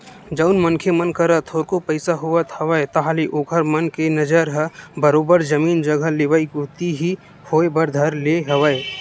जउन मनखे मन करा थोरको पइसा होवत हवय ताहले ओखर मन के नजर ह बरोबर जमीन जघा लेवई कोती ही होय बर धर ले हवय